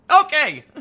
Okay